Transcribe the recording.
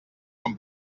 com